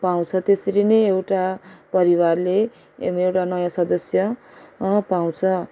पाउँछ त्यसरी नै एउटा परिवारले एउटा नयाँ सदस्य पाउँछ